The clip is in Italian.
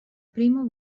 primo